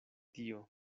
tio